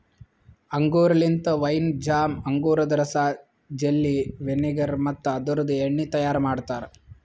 ಅಂಗೂರ್ ಲಿಂತ wine, jam, ಅಂಗೂರದ ರಸ, ಜೆಲ್ಲಿ, ವಿನೆಗರ್ ಮತ್ತ ಅದುರ್ದು ಎಣ್ಣಿ ತೈಯಾರ್ ಮಾಡ್ತಾರ